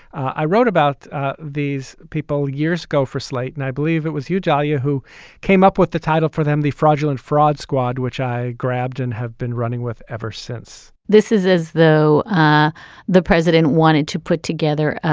i wrote about ah these people years ago for slate and i believe it was u w. who came up with the title for them, the fraudulent fraud squad, which i grabbed and have been running with ever since this is as though the president wanted to put together